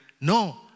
No